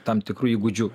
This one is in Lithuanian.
tam tikrų įgūdžių